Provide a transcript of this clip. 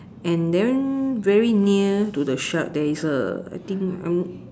and then very near to the shark there is a I think I'm